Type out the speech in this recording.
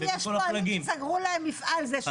אם יש פועלים שסגרו להם מפעל זה שסעים?